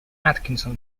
atkinson